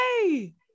Hey